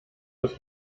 muss